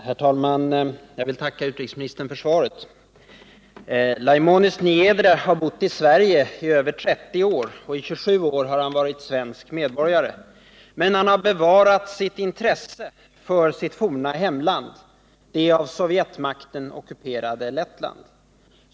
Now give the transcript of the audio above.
Herr talman! Jag vill tacka utrikesministern för svaret. Laimons Niedre har bott i Sverige i över 30 år, och i sju år har han varit svensk medborgare, men han har bevarat intresset för sitt forna hemland, det av Sovjetmakten ockuperade Lettland.